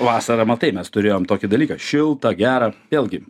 vasarą matai mes turėjom tokį dalyką šilta gera vėlgi